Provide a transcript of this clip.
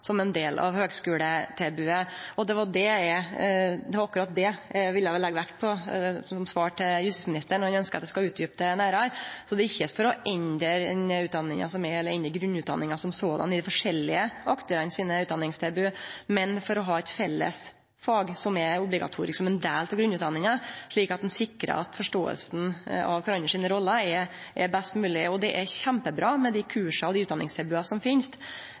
som ein del av høgskuletilbodet. Det var akkurat det eg ville leggje vekt på, som eit svar no til justisministeren, som ønskte at eg skulle utdjupe dette nærmare. Det er ikkje for å endre den utdanninga som er, eller den grunnutdanninga som er i dei forskjellige aktørane sitt utdanningstilbod, men for å ha eit felles fag som er obligatorisk, som ein del av grunnutdanninga, slik at ein sikrar at forståinga av kvarandres roller er best mogleg. Det er kjempebra med dei kursa og det utdanningstilbodet som finst,